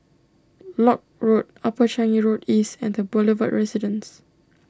Lock Road Upper Changi Road East and the Boulevard Residence